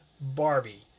Barbie